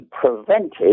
prevented